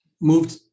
moved